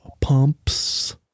pumps